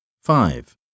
Five